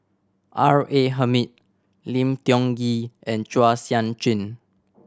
R A Hamid Lim Tiong Ghee and Chua Sian Chin